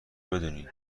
بدونین